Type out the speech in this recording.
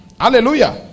Hallelujah